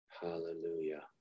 Hallelujah